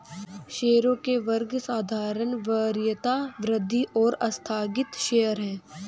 शेयरों के वर्ग साधारण, वरीयता, वृद्धि और आस्थगित शेयर हैं